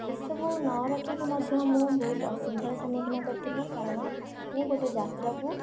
ଏସବୁ ନ ରଖିକି ମଧ୍ୟ ମୁଁ ବହୁତ ଅସୁବିଧାର ସମ୍ମୁଖୀନ କରିଥିଲି କାରଣ ମୁଁ ଗୋଟେ ଯାତ୍ରା କୁ